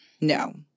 No